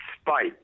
spite